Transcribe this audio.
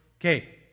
okay